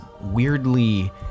weirdly